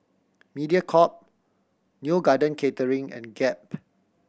Mediacorp Neo Garden Catering and Gap